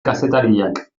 kazetariak